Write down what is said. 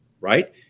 right